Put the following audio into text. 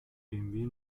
bmw